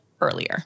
earlier